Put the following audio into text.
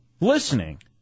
Listening